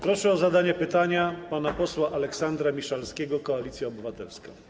Proszę o zadanie pytania pana posła Aleksandra Miszalskiego, Koalicja Obywatelska.